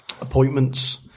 appointments